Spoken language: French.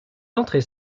entrées